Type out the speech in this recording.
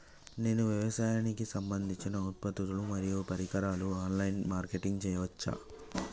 నేను వ్యవసాయానికి సంబంధించిన ఉత్పత్తులు మరియు పరికరాలు ఆన్ లైన్ మార్కెటింగ్ చేయచ్చా?